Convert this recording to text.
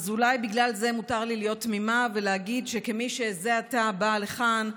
אז אולי בגלל זה מותר לי להיות תמימה ולהגיד שכמי שזה עתה באה לכאן,